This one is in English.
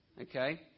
okay